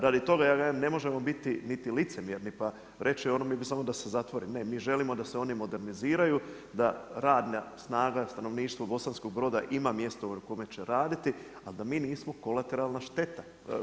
Radi toga ne možemo biti niti licemjerni pa reći mi bi samo da se zatvori, ne, mi želimo da se oni moderniziraju, da radna snaga stanovništvo Bosanskog Broda ima mjesto u kome će raditi, ali da mi nismo u kolateralnoj šteti.